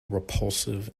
repulsive